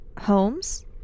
Holmes